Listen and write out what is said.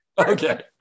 Okay